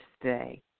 stay